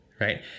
Right